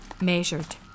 measured